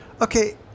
Okay